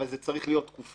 אבל זאת צריכה להיות תקופה,